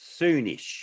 soonish